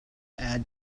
add